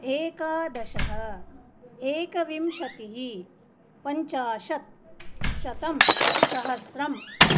एकादशः एकविंशतिः पञ्चाशत् शतं सहस्रम्